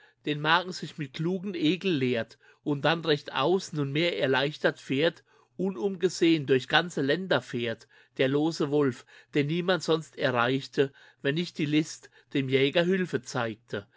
den magen sich mit klugen ekel leert und dann rechtaus nunmehr erleichtert fährt unumgesehn durch ganze länder fährt der lose wolf den niemand sonst erreichte wenn nicht die list dem jäger hülfe zeigte